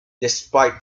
despite